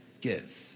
give